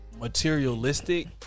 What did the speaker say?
materialistic